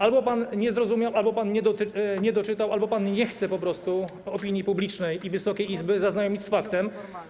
Albo pan nie zrozumiał, albo pan nie doczytał, albo pan nie chce po prostu opinii publicznej i Wysokiej Izby zaznajomić z faktem.